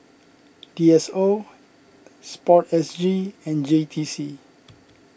D S O Sport S G and J T C